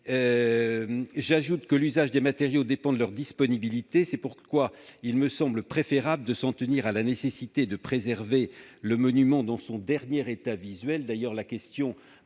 comme l'usage des matériaux dépend de leur disponibilité, il me semble préférable de nous en tenir à la nécessité de préserver le monument dans son dernier état visuel-